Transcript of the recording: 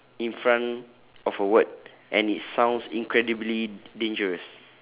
in front of a word and it sounds incredibly dangerous